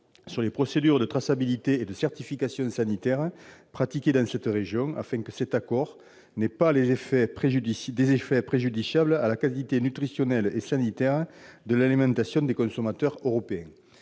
sur les procédures de traçabilité et de certification sanitaire pratiquées dans cette région, afin que cet accord n'ait pas des effets préjudiciables à la qualité nutritionnelle et sanitaire de l'alimentation des consommateurs européens.